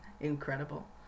Incredible